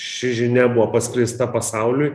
ši žinia buvo paskleista pasauliui